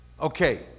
Okay